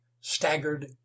staggered